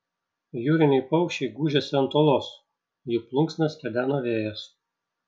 jūriniai paukščiai gūžėsi ant uolos jų plunksnas kedeno vėjas